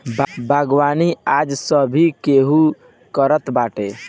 बागवानी आज सभे केहू करत बाटे